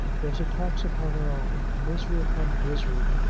those attacks upon her honour, misery upon misery,